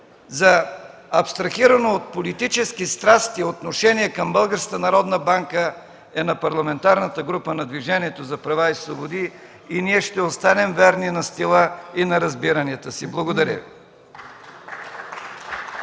за абстрахирано от политически страсти отношение към Българска народна банка е на Парламентарната група на Движението за права и свободи и ние ще останем верни на стила и на разбиранията си. Благодаря